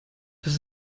das